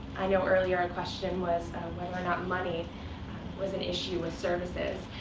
i know earlier, a questions was whether or not money was an issue with services.